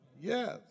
yes